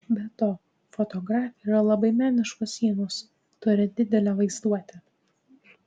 be to fotografė yra labai meniškos sielos turi didelę vaizduotę